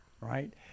right